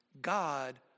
God